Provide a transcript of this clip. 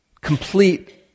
complete